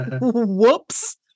whoops